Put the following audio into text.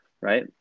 right